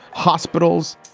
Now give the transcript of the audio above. hospitals.